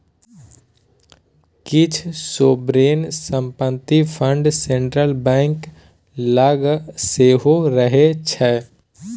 किछ सोवरेन संपत्ति fund central bank लग सेहो रहय छै